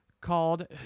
called